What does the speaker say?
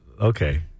Okay